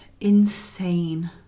insane